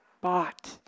bought